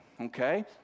Okay